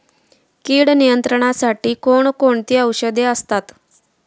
कीड नियंत्रणासाठी कोण कोणती औषधे असतात?